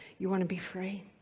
you want to be free.